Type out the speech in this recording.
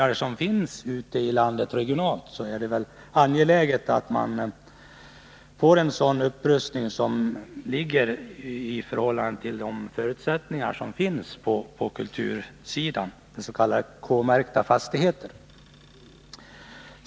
Det är ju angeläget att rusta upp de kulturhistoriskt värdefulla byggnader som finns ute i landet, s.k. K-märkta fastigheter.